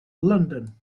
london